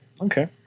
Okay